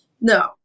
No